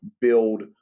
build